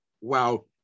wow